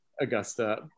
Augusta